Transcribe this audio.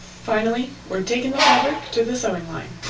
finally we're taking the fabric to the sewing line